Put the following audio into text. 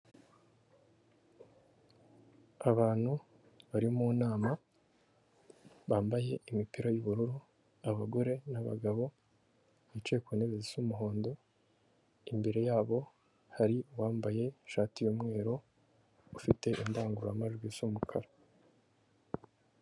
Abantu bari mu nama, bambaye imipira y'ubururu abagore n'abagabo bicaye ku ntebe z'umuhondo, imbere yabo hari uwambaye ishati y'umweru ufite indangururamajwi isa umukara.